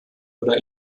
oder